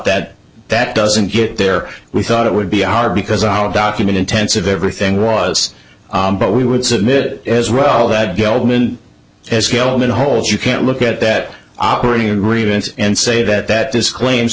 that that doesn't get there we thought it would be odd because all document intensive everything was but we would submit as well that gelman as held in holds you can't look at that operating agreement and say that that disclaims